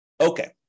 Okay